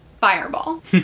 Fireball